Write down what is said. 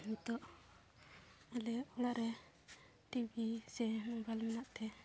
ᱱᱤᱛᱚᱜ ᱟᱞᱮ ᱚᱲᱟᱜ ᱨᱮ ᱴᱤᱵᱷᱤ ᱥᱮ ᱢᱚᱵᱟᱭᱤᱞ ᱢᱮᱱᱟᱜ ᱛᱮ